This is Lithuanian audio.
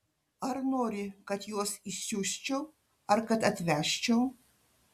ar nori kad juos išsiųsčiau ar kad atvežčiau